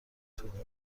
توهین